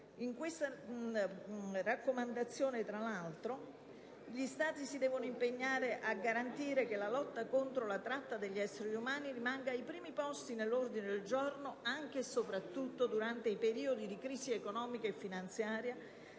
Con tale raccomandazione, tra l'altro, gli Stati si impegnano a garantire che la lotta contro la tratta di esseri umani rimanga ai primi posti dell'ordine del giorno anche e soprattutto durante i periodi di crisi economica e finanziaria,